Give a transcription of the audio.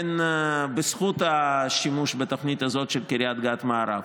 בזכות השימוש בתוכנית הזאת של קריית גת מערב.